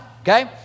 okay